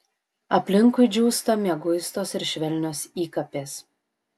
aplinkui džiūsta mieguistos ir švelnios įkapės